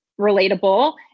relatable